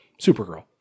Supergirl